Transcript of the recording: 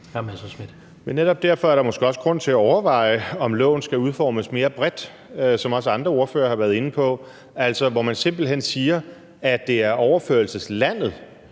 Netop derfor er der måske også grund til at overveje, om loven skal udformes mere bredt, som også andre ordførere har været inde på; at man simpelt hen siger, at det er overførselslandet